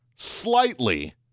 slightly